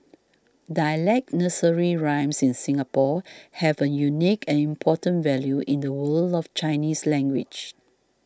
dialect nursery rhymes in Singapore have a unique and important value in the world of Chinese language